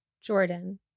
Jordan